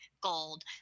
gold